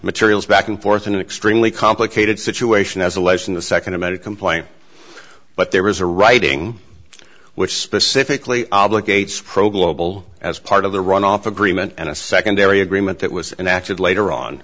materials back and forth in an extremely complicated situation as alleged in the second about a complaint but there was a writing which specifically obligates pro global as part of the runoff agreement and a secondary agreement that was an active later on